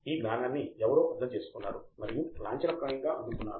ఆ జ్ఞానాన్ని ఎవరో అర్థం చేసుకున్నారు మరియు లాంఛన ప్రాయంగా అందుకున్నారు